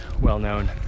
well-known